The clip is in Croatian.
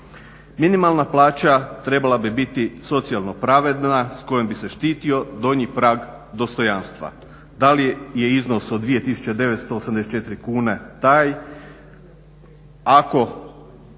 Minimalna plaća trebala bi biti socijalno pravedna s kojom bi se štitio donji prag dostojanstva. Da li je iznos od 2984 kune taj?